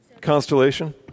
constellation